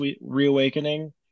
reawakening